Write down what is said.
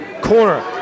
Corner